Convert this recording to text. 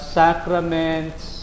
sacraments